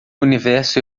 universo